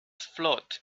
float